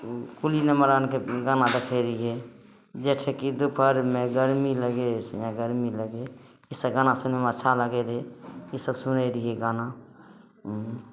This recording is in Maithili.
कुली नंबर वन के गाना देखै रहियै जेठ की दुपहरमे गरमी लगे सइयाँ गरमी लगे ई सब गाना सुनैमे अच्छा लागै रहै ई सब सुनै रहियै गाना